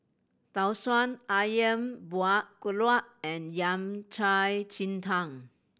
Tau Suan Ayam Buah Keluak and Yao Cai ji tang